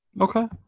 Okay